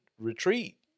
retreat